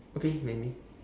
okay maybe